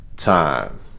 time